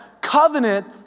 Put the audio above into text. covenant